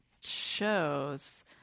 shows